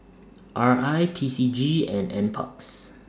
R I P C G and NParks